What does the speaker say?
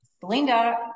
Belinda